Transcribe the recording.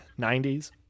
90s